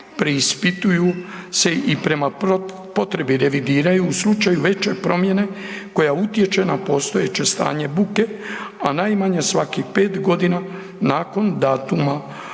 preispituju se i prema potrebi revidiraju u slučaju veće promjene koja utječe na postojeće stanje buke, a najmanje svakih 5.g. nakon datuma